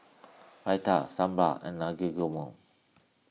Raita Sambar and Naengmyeon